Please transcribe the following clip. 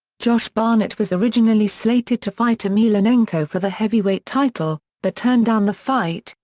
josh barnett was originally slated to fight emelianenko for the heavyweight title, but turned down the fight,